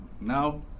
now